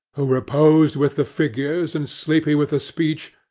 who were posed with the figures, and sleepy with the speech,